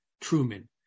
Truman